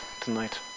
tonight